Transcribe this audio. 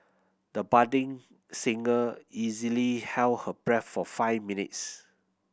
the budding singer easily held her breath for five minutes